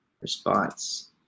response